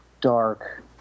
dark